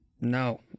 No